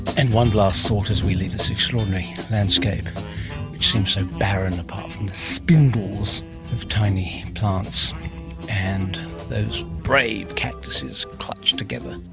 and one last thought as we leave this extraordinary landscape which seems so barren apart from the spindles of tiny plants and those brave cactuses clutched together,